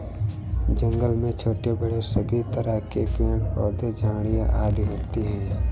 जंगल में छोटे बड़े सभी तरह के पेड़ पौधे झाड़ियां आदि होती हैं